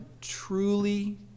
truly